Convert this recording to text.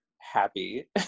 happy